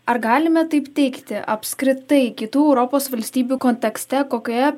ar galime taip teigti apskritai kitų europos valstybių kontekste kokioje